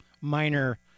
minor